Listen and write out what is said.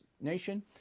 Nation